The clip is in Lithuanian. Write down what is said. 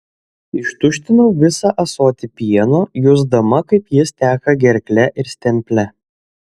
ištuštinau visą ąsotį pieno jusdama kaip jis teka gerkle ir stemple